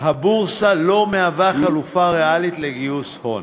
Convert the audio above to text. הבורסה לא מהווה חלופה ריאלית לגיוס הון.